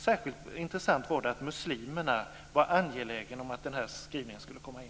Särskilt intressant var det att muslimerna var angelägna om att skrivningen skulle komma in.